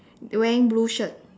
wearing blue shirt